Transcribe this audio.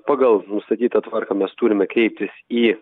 pagal nustatytą tvarką mes turime kreiptis į